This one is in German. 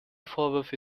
vorwürfe